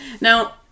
Now